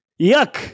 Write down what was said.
yuck